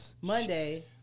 Monday